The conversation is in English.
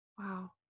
Wow